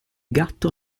gatto